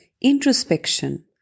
introspection